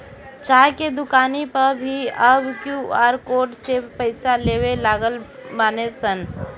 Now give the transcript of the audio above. चाय के दुकानी पअ भी अब क्यू.आर कोड से पईसा लेवे लागल बानअ सन